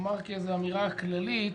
אומר באמירה כללית,